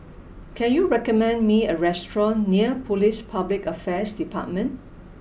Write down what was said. can you recommend me a restaurant near Police Public Affairs Department